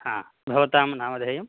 हा भवतां नामधेयम्